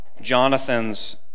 Jonathan's